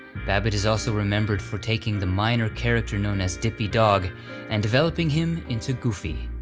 babbitt is also remembered for taking the minor character known as dippy dog and developing him into goofy.